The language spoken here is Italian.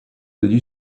degli